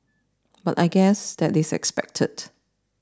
but I guess that is expected